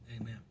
Amen